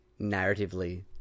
narratively